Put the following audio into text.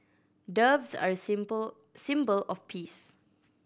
doves are a symbol symbol of peace